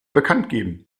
bekanntgeben